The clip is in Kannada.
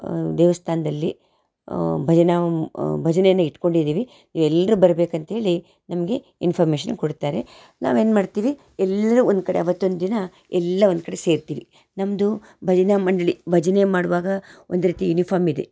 ದೇವಸ್ಥಾನ್ದಲ್ಲಿ ಭಜನಾ ಭಜನೇನ ಇಟ್ಟುಕೊಂಡಿದೀವಿ ನೀವು ಎಲ್ಲರೂ ಬರ್ಬೇಕು ಅಂತೇಳಿ ನಮಗೆ ಇನ್ಫರ್ಮೇಷನ್ ಕೊಡ್ತಾರೆ ನಾವು ಏನು ಮಾಡ್ತೀವಿ ಎಲ್ಲರೂ ಒಂದು ಕಡೆ ಅವತ್ತು ಒಂದು ದಿನ ಎಲ್ಲ ಒಂದು ಕಡೆ ಸೇರ್ತೀವಿ ನಮ್ಮದು ಭಜನಾ ಮಂಡಳಿ ಭಜನೆ ಮಾಡುವಾಗ ಒಂದು ರೀತಿ ಯೂನಿಫಾರ್ಮ್ ಇದೆ